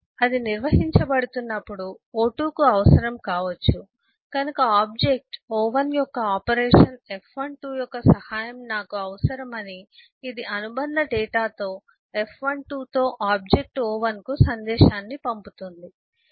అది నిర్వహించబడుతున్నప్పుడు o2 కు అవసరం కావచ్చు కనుక ఆబ్జెక్ట్ o1 యొక్క ఆపరేషన్ f12 యొక్క సహాయం నాకు అవసరం అని ఇది అనుబంధ డేటాతో f12 తో ఆబ్జెక్ట్ o1 కు సందేశాన్ని పంపుతుంది